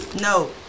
No